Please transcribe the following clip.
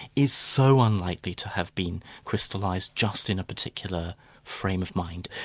is so unlikely to have been crystallised just in a particular frame of mind.